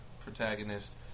protagonist